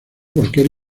cualquier